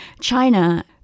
china